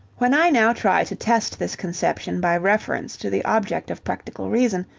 when i now try to test this conception by reference to the object of practical reason,